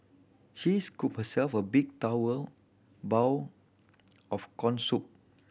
she scooped herself a big bowl of corn soup